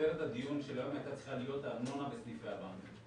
שכותרת הדיון של היום הייתה צריכה להיות הארנונה בסניפי הבנקים.